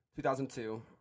2002